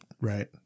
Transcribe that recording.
Right